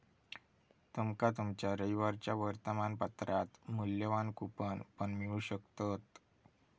तुमका तुमच्या रविवारच्या वर्तमानपत्रात मुल्यवान कूपन पण मिळू शकतत